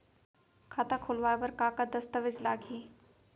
खाता खोलवाय बर का का दस्तावेज लागही?